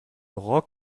roch